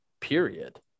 period